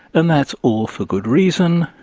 and that's all for good reason.